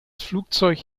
flugzeug